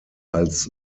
als